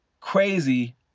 Crazy